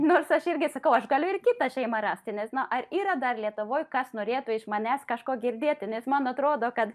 nors aš irgi sakau aš galiu ir kitą šeimą rasti nes nu ar yra dar lietuvoj kas norėtų iš manęs kažko girdėti nes man atrodo kad